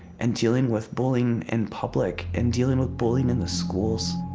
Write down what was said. and dealing with bullying in public, and dealing with bullying in the schools.